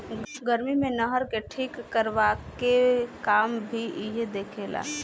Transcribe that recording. गर्मी मे नहर के ठीक करवाए के काम भी इहे देखे ला